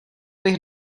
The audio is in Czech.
bych